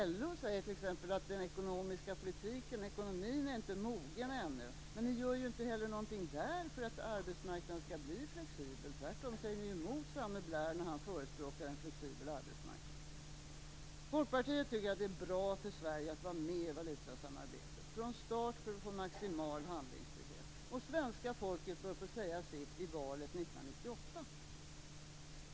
LO säger t.ex. att ekonomin inte är mogen ännu. Men ni gör ju inte heller någonting för att arbetsmarknaden skall bli flexibel, tvärtom säger ni emot samme Blair när han förespråkar en flexibel arbetsmarknad. Folkpartiet tycker att det är bra för Sverige att vara med i valutasamarbetet från start för att få maximal handlingsfrihet. Svenska folket bör få säga sitt i valet 1998.